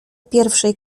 pierwszej